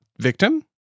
victim